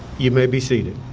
you may be seated.